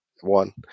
one